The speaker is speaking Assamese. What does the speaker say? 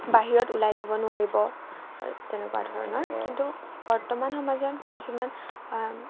বাহিৰত ওলাই যাব নোৱাৰিব তেনেকুৱা ধৰণৰ কিন্তু বৰ্তমান সমাজত কিছুমান